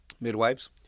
Midwives